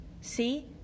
see